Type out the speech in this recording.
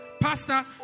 Pastor